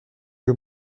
que